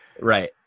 Right